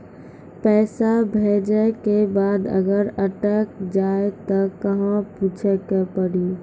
पैसा भेजै के बाद अगर अटक जाए ता कहां पूछे के पड़ी?